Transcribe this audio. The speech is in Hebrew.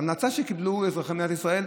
אז ההמלצה שקיבלו אזרחי מדינת ישראל היא